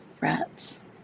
rats